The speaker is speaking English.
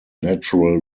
natural